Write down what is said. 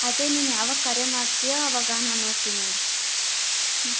ಅದೇ ನೀನ್ಯಾವಾಗ ಕರೆ ಮಾಡ್ತೀಯೋ ಆವಾಗ ನಾನು ನೋಡ್ತೀನಿರು